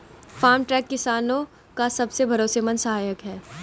farm truck किसानो का सबसे भरोसेमंद सहायक है